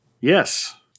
Yes